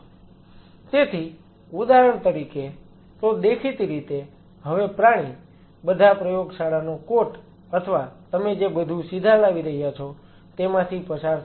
તેથી ઉદાહરણ તરીકે તો દેખીતી રીતે હવે પ્રાણી બધા પ્રયોગશાળાનો કોટ અથવા તમે જે બધું સીધા લાવી રહ્યા છો તેમાંથી પસાર થશે નહીં